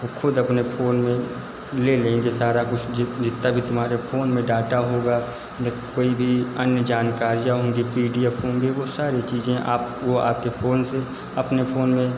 वह खुद अपने फ़ोन में ले लेंगे सारा कुछ जितना भी तुम्हारे फ़ोन में डाटा होगा या कोई भी अन्य जानकारियाँ होंगी पी डी एफ़ होंगे वह सारी चीज़ें आप वह आपके फ़ोन से अपने फ़ोन में